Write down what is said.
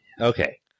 Okay